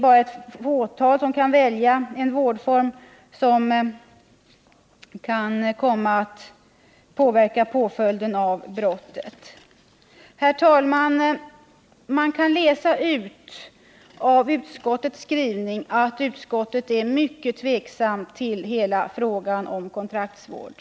Bara ett fåtal kan välja en vårdform som kan komma att påverka påföljden för brottet. Herr talman! Det framgår av utskottets skrivning att utskottet är mycket tveksamt till hela frågan om kontraktsvård.